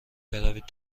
بروید